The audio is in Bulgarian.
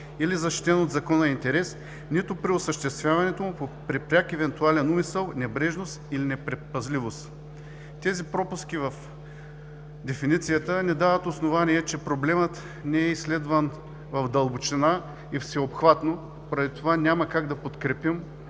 или защитен от закона интерес, нито при осъществяването му при пряк евентуален умисъл, небрежност или непредпазливост. Тези пропуски в дефиницията ни дават основание, че проблемът не е изследван в дълбочина и всеобхватно, поради това няма как да подкрепим